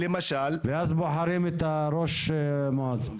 ואז בוחרים את ראש המועצה.